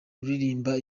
uririmba